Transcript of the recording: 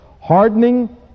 hardening